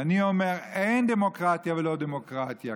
ואני אומר: אין דמוקרטיה ולא דמוקרטיה.